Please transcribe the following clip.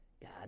God